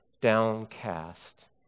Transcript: downcast